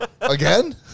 Again